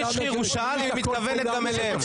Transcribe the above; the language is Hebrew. הוא שאל אם היא מתכוונת גם אליהם.